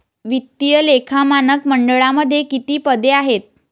वित्तीय लेखा मानक मंडळामध्ये किती पदे आहेत?